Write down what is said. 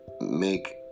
make